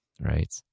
Right